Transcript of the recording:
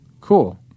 Cool